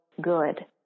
good